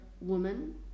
woman